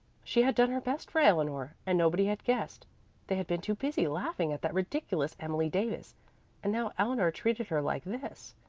she had done her best for eleanor, and nobody had guessed they had been too busy laughing at that ridiculous emily davis and now eleanor treated her like this.